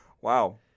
Wow